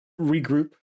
regroup